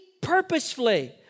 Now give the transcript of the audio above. purposefully